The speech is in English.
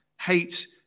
Hate